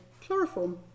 chloroform